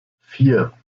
vier